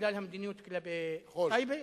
בגלל המדיניות כלפי טייבה?